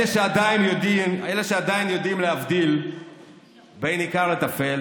אלה שעדיין יודעים להבדיל בין עיקר לטפל